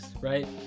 right